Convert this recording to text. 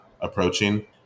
approaching